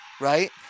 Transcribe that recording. Right